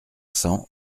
cents